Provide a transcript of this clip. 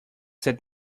that